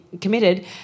committed